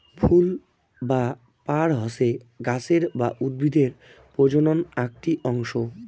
ফুল বা পার হসে গাছের বা উদ্ভিদের প্রজনন আকটি অংশ